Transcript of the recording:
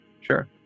Sure